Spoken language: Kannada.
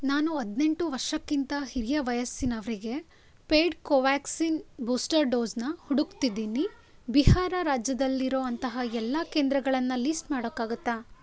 ನಾನು ಹದಿನೆಂಟು ವರ್ಷಕ್ಕಿಂತ ಹಿರಿಯ ವಯಸ್ಸಿನವರಿಗೆ ಪೇಯ್ಡ್ ಕೋವ್ಯಾಕ್ಸಿನ್ ಬೂಸ್ಟರ್ ಡೋಸನ್ನ ಹುಡುಕ್ತಿದ್ದೀನಿ ಬಿಹಾರ ರಾಜ್ಯದಲ್ಲಿರೋ ಅಂತಹ ಎಲ್ಲ ಕೇಂದ್ರಗಳನ್ನು ಲಿಸ್ಟ್ ಮಾಡೋಕ್ಕಾಗತ್ತಾ